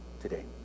today